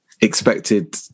expected